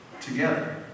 together